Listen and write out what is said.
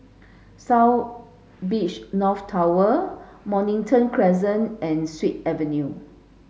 South Beach North Tower Mornington Crescent and Sut Avenue